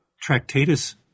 Tractatus